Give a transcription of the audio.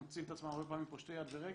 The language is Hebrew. הם מוצאים את עצמם הרבה פעמים פושטי יד ורגל,